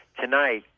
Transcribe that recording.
tonight